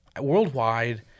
worldwide